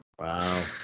Wow